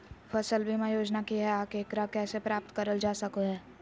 फसल बीमा योजना की हय आ एकरा कैसे प्राप्त करल जा सकों हय?